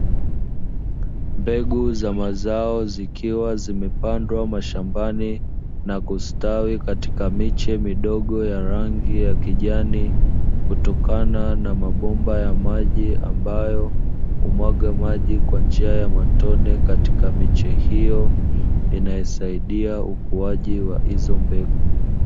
Mbegu za mazao zikiwa zimepandwa mashambani, na kustawi katika miche midogo ya rangi ya kijani, kutokana na mabomba ya maji ambayo umwaga maji kwa njia ya matone katika miche hiyo, inayosaidia ukuaji wa hizo mbegu.